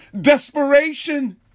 Desperation